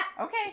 Okay